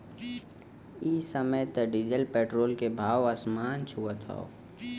इ समय त डीजल पेट्रोल के भाव आसमान छुअत हौ